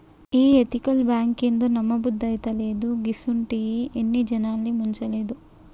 ఈ ఎతికల్ బాంకేందో, నమ్మబుద్దైతలేదు, గిసుంటియి ఎన్ని జనాల్ని ముంచలేదు